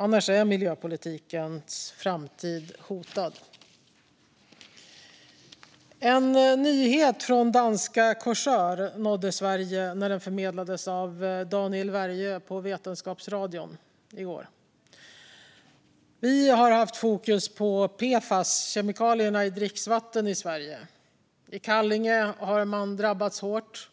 Annars är miljöpolitikens framtid hotad. En nyhet från danska Korsør nådde Sverige när den förmedlades av Daniel Värjö på Vetenskapsradion i går. Vi har haft fokus på PFAS-kemikalierna i dricksvatten i Sverige. Man har drabbats hårt